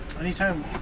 Anytime